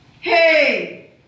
Hey